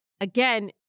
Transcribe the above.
Again